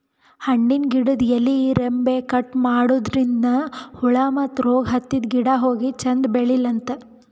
ಹಣ್ಣಿನ್ ಗಿಡದ್ ಎಲಿ ರೆಂಬೆ ಕಟ್ ಮಾಡದ್ರಿನ್ದ ಹುಳ ಮತ್ತ್ ರೋಗ್ ಹತ್ತಿದ್ ಗಿಡ ಹೋಗಿ ಚಂದ್ ಬೆಳಿಲಂತ್